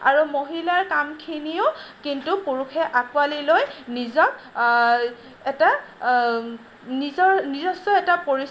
আৰু মহিলাৰ কামখিনিও কিন্তু পুৰুষে আঁকোৱালি লৈ নিজক এটা নিজৰ নিজস্ব এটা